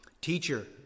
Teacher